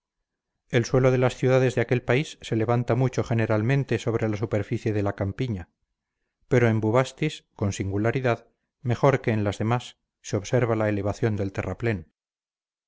el suelo de las ciudades de aquel país se levanta mucho generalmente sobre la superficie de la campiña pero en bubastis con singularidad mejor que en las demás se observa la elevación del terraplén